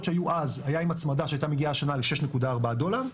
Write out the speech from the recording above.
שהיו אז היה עם הצמדה שהייתה מגיעה השנה ל-6.4 דולר,